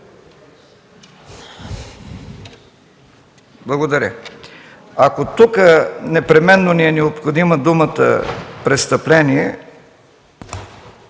Благодаря. Ако тук непременно ни е необходима думата „престъпление”